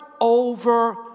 over